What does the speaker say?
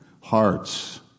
hearts